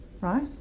right